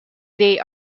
they